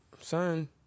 son